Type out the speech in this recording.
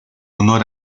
honor